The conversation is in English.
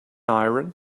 iron